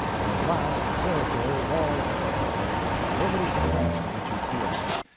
and at last the territory is all occupied, and nobody can imagine what you feel like,